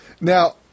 Now